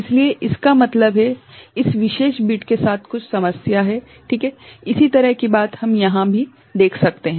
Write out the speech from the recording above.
इसलिए इसका मतलब है इस विशेष बिट के साथ कुछ समस्या है ठीक है इसी तरह की बात हम यहां भी देख सकते हैं